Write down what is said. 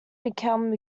become